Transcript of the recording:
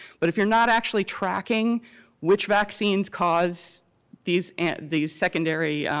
but if you're not actually tracking which vaccines cause these and these secondary